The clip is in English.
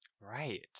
right